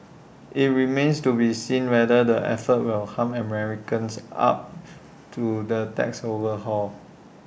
IT remains to be seen whether the efforts will harm Americans up to the tax overhaul